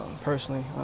personally